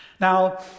Now